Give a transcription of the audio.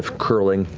curling,